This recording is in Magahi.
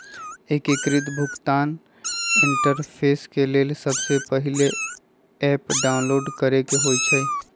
एकीकृत भुगतान इंटरफेस के लेल सबसे पहिले ऐप डाउनलोड करेके होइ छइ